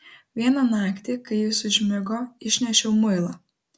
vieną naktį kai jis užmigo išnešiau muilą